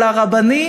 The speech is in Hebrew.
אלא הרבני,